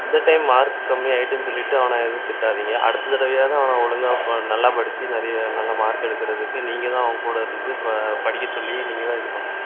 இந்த time mark கம்மியாகிட்டுன்னு சொல்லிட்டு அவனை எதுவும் திட்டாதீங்க அடுத்த தடவையாவது அவனை ஒழுங்கா நல்லா படித்து நிறைய நல்ல மார்க் எடுக்கிறதுக்கு நீங்கள் தான் அவன் கூட இருந்து இப்போ படிக்க சொல்லி நீங்கள் தான் இது பண்ணணும்